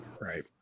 Right